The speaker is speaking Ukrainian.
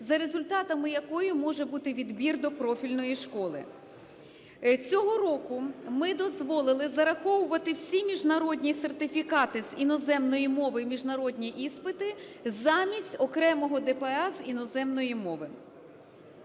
за результатами якої може бути відбір до профільної школи. Цього року ми дозволили зараховувати всі міжнародні сертифікати з іноземної мови і міжнародні іспити замість окремого ДПА з іноземної мови.